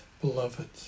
beloved